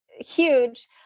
huge